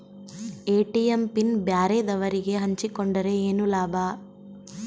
ATM PIN ಬ್ಯಾರೆದವರಗೆ ಹಂಚಿಕೊಂಡರೆ ಏನು ಲಾಭ?